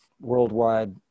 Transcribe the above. worldwide